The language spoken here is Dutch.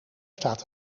staat